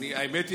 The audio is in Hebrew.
האמת היא,